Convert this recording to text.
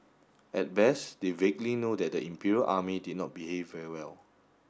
at best they vaguely know that the Imperial Army did not behave very well